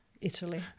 Italy